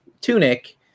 tunic